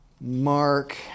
Mark